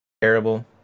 terrible